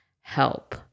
Help